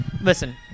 listen